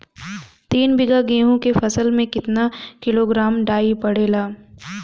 तीन बिघा गेहूँ के फसल मे कितना किलोग्राम डाई पड़ेला?